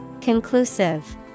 Conclusive